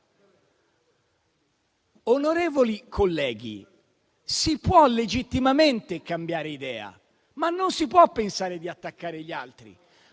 Onorevoli colleghi, si può legittimamente cambiare idea, ma non si può pensare di attaccare gli altri.